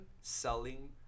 selling